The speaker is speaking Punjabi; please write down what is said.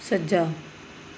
ਸੱਜਾ